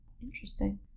Interesting